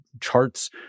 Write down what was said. charts